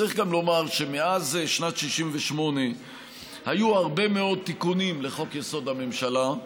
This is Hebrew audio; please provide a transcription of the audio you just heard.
צריך גם לומר שמאז שנת 1968 היו הרבה מאוד תיקונים לחוק-יסוד: הממשלה,